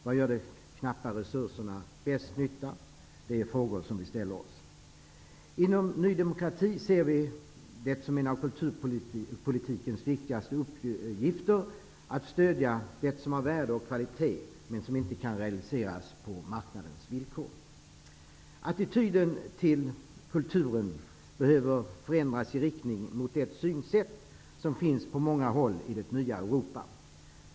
Var gör de knappa resurserna mest nytta? Det är frågor som vi ställer oss. Inom Ny demokrati ser vi det som en av kulturpolitikens viktigaste uppgifter att stödja det som har värde och kvalitet, men som inte kan realiseras på marknadens villkor. Attityden till kulturen behöver förändras i riktning mot det synsätt som finns på många håll i det nya Europa.